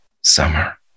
summer